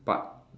but